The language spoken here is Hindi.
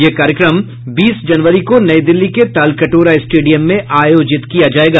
यह कार्यक्रम बीस जनवरी को नई दिल्ली के तालकटोरा स्टेडियम में आयोजित किया जाएगा